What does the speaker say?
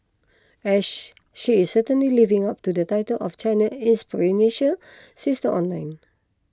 and she is certainly living up to the title of China's inspirational sister online